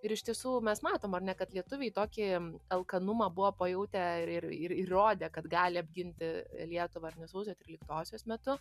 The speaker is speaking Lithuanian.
ir iš tiesų mes matom ar ne kad lietuviai tokį alkanumą buvo pajautę ir ir ir ir rodė kad gali apginti lietuvą ar ne sausio tryliktosios metu